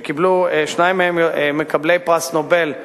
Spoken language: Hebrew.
שניים מהם מקבלי פרס נובל,